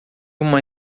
uma